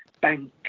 bank